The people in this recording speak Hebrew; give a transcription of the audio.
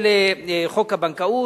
של חוק הבנקאות,